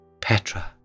Petra